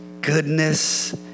goodness